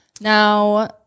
Now